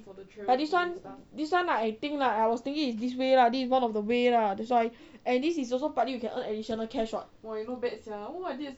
but this one this one I think lah I was thinking is this way lah this is one of the way lah that's why and this is also partly you can earn additional cash [what]